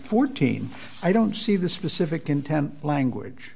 fourteen i don't see the specific intent language